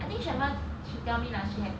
I think shamone she tell me like she had